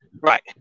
Right